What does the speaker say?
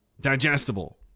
digestible